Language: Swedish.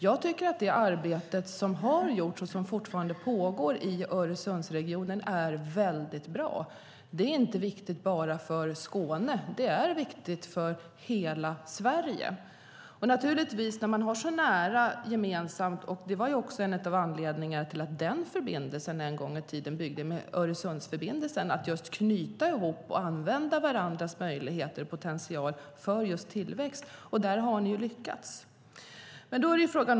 Jag tycker att det arbete som har gjorts och som fortfarande pågår i Öresundsregionen är väldigt bra. Det är inte viktigt bara för Skåne. Det är viktigt för hela Sverige. Naturligtvis har man mycket gemensamt när man är så nära. Det var också en av anledningarna till att Öresundsförbindelsen en gång i tiden byggdes, att knyta ihop och använda varandras möjligheter och potential för just tillväxt. Där har ni ju lyckats.